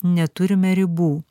neturime ribų